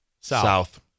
South